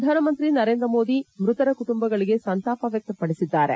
ಪ್ರಧಾನಮಂತ್ರಿ ನರೇಂದ್ರಮೋದಿ ಮೃತರ ಕುಟುಂಬಗಳಿಗೆ ಸಂತಾಪ ವ್ಯಕ್ತಪಡಿಸಿದ್ದಾರೆ